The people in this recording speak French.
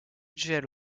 gèle